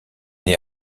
née